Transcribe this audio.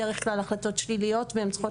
בדרך כלל החלטות שליליות והן צריכות